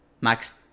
max